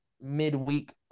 midweek